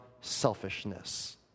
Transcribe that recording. selfishness